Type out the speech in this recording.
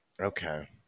Okay